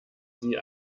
sie